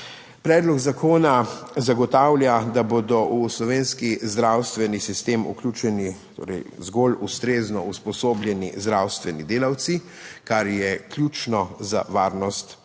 Predlog zakona zagotavlja, da bodo v slovenski zdravstveni sistem vključeni torej zgolj ustrezno usposobljeni zdravstveni delavci, kar je ključno za varnost pacientov